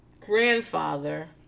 grandfather